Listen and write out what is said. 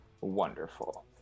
Wonderful